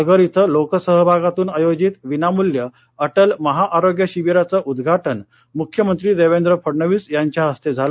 पालघर इथं लोकसहभागातून आयोजित विनामूल्य अटल महाआरोग्य शिबिराचं उदघाटन मुख्यमंत्री देवेंद्र फडणवीस यांच्या हस्ते झालं